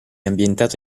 ambientato